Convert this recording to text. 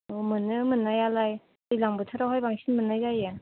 अ मोनो मोननायालाय दैज्लां बोथोरावहाय बांसिन मोननाय जायो